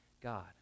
God